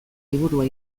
liburua